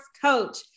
Coach